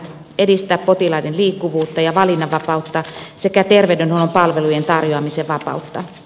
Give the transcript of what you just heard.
edistää potilaiden liikkuvuutta ja valinnanvapautta sekä terveydenhuollon tarjoamisen vapautta